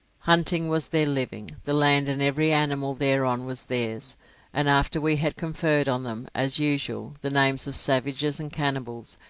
hunting was their living the land and every animal thereon was theirs and after we had conferred on them, as usual, the names of savages and cannibals,